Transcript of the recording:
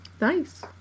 nice